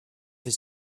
was